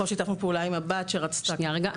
פה שיתפנו פעולה עם הבת שרצתה --- שנייה רגע,